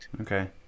Okay